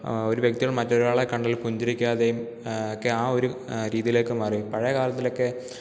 ഒരു വ്യക്തി മറ്റൊരാളെ കണ്ടാൽ പുഞ്ചിരിക്കാതെയും ഒക്കെ ആ ഒരു രീതിയിലേക്കു മാറി പഴയകാലത്തിലൊക്കെ